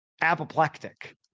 apoplectic